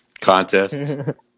contest